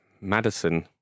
Madison